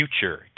Future